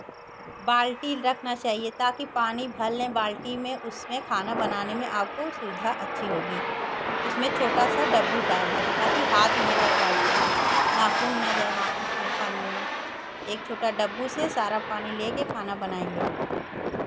बाल्टी रखना चाहिए ताकि पानी भर लें बाल्टी में उसमें खाना बनाने में आपको सुविधा अच्छी होगी उसमें छोटा सा डब्बू डाल लें ताकि हाथ ना जाए बाल्टी में नाखून ना जाए उसमें पानी में एक छोटा डब्बू से सारा पानी लेके खाना बनाएँगे